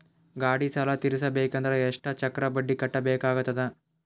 ಗಾಡಿ ಸಾಲ ತಿರಸಬೇಕಂದರ ಎಷ್ಟ ಚಕ್ರ ಬಡ್ಡಿ ಕಟ್ಟಬೇಕಾಗತದ?